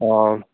অ